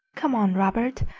come on, robert,